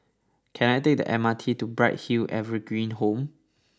can i take the M R T to Bright Hill Evergreen Home